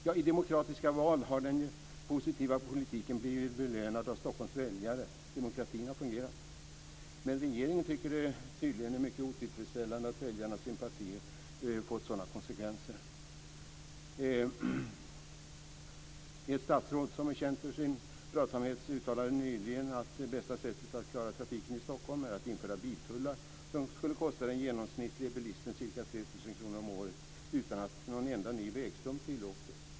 Ja, i demokratiska val har den positiva politiken blivit belönad av Stockholms väljare. Demokratin har fungerat. Men regeringen tycker tydligen att det är mycket otillfredsställande att väljarnas sympatier fått sådana konsekvenser. Ett statsråd som är känt för sin pratsamhet uttalade nyligen att det bästa sättet att klara trafiken i Stockholm är att införa biltullar som skulle kosta den genomsnittlige bilisten ca 3 000 kr om året utan att någon enda ny vägstump tillkommer.